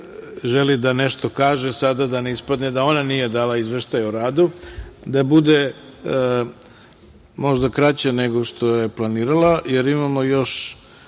želi da nešto kaže, sada ne ispadne da ona nije dala izveštaj o radu, da bude možda kraća nego što je planirala, jer imamo još